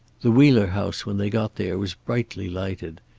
the wheeler house, when they got there, was brightly lighted.